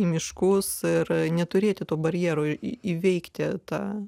miškus ir neturėti to barjero įveikti tą